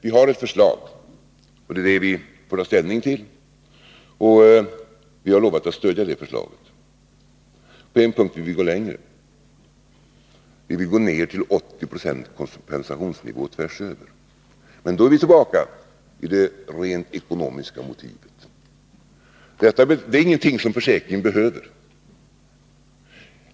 Vi har ett förslag att ta ställning till, och vi har lovat att stödja det förslaget. På en punkt vill vi gå längre: Vi vill att kompensationsnivån skall sänkas till 80 90 tvärsöver. Men då är vi tillbaka vid det rent ekonomiska motivet. Det är ingenting som försäkringen behöver.